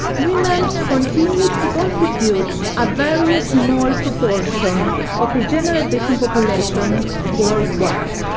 women continue to constitute a very small proportion of the general prison population worldwide.